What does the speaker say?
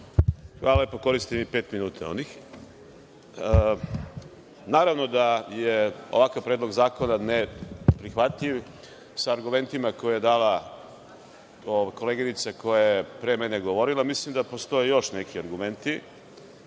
Zahvaljujem. Koristiću onih pet minuta. Naravno da je ovakav Predlog zakona neprihvatljiv sa argumentima koje je dala koleginica koja je pre mene govorila. Mislim da postoje još neki argumenti.